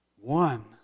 One